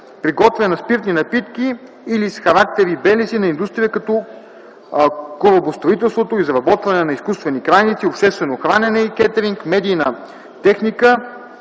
приготвяне на спиртни напитки или с характер и белези на индустрия като корабостроителство, изработване на изкуствени крайници, обществено хранене и кетъринг, медийна техника